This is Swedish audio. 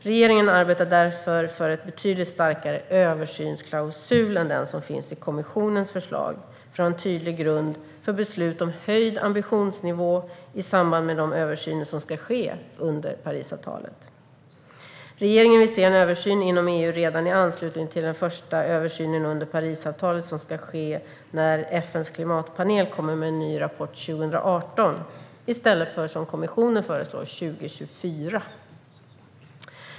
Regeringen arbetar därför för en betydligt starkare översynsklausul än den som finns i kommissionens förslag för att ha en tydlig grund för beslut om höjd ambitionsnivå i samband med de översyner som ska ske under Parisavtalet. Regeringen vill se en översyn inom EU redan i anslutning till den första översynen under Parisavtalet, som ska ske när FN:s klimatpanel kommer med en ny rapport 2018, i stället för som kommissionen föreslår först 2024.